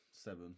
Seven